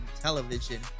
television